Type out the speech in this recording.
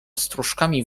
strużkami